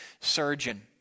surgeon